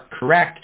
are correct